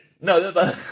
No